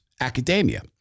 academia